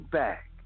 back